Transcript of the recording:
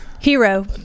Hero